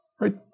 right